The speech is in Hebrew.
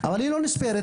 אבל היא לא נספרת,